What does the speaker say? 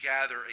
gather